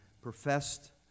professed